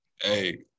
hey